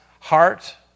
Heart